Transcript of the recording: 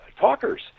talkers